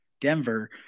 Denver